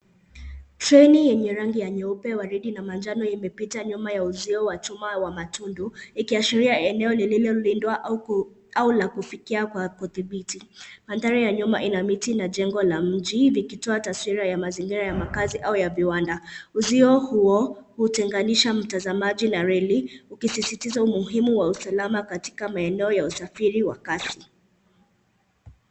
Treni yenye rangi ya nyeupe, waridi na manjano imepita nyuma ya uzio wa chuma wa matundu ikiashiria eneo lililolindwa au la kufikia kwa kudhibiti. Mandhari ya nyuma ina miti na jengo la mji vikitoa taswira ya makazi au ya viwanda. Uzio huo hutenganisha mtazamaji na reli ukisisitiza umuhimu wa usalama katika maeneo ya usafiri wa kasi.